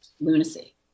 Lunacy